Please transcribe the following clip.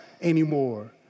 anymore